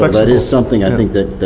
like that is something i think that